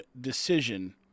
decision